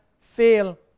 fail